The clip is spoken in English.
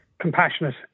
compassionate